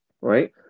Right